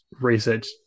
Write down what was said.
research